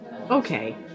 okay